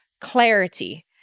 clarity